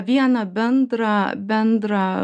vieną bendrą bendrą